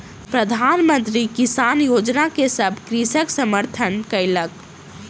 प्रधान मंत्री किसान योजना के सभ कृषक समर्थन कयलक